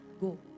go